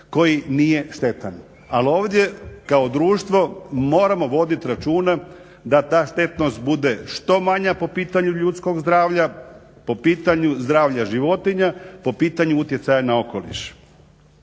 koji nije štetan. Ali ovdje kao društvo moramo voditi računa da ta štetnost bude što manja po pitanju ljudskog zdravlja, po pitanju zdravlja životinja, po pitanju utjecaja na okoliš.